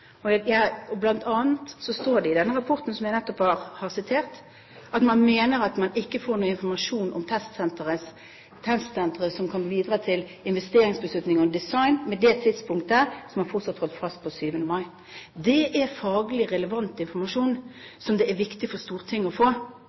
at man mener at man ikke får noen informasjon om testsenteret som kan bidra til investeringsbeslutning og design med det tidspunktet som man fortsatt holdt fast på 7. mai i fjor. Det er faglig relevant informasjon som det er viktig for Stortinget å få.